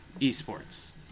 eSports